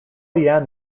yan